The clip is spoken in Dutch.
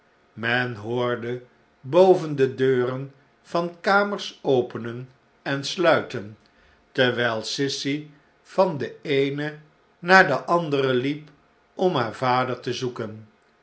men hoorde boven de deuren van kamers openen en sluiten terwijl sissy van de eene naar de andere liep om naar vader te zoeken